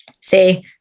say